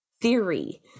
theory